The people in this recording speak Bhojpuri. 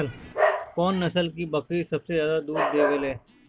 कौन नस्ल की बकरी सबसे ज्यादा दूध देवेले?